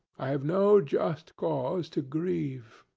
i have no just cause to grieve.